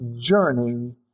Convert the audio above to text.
journey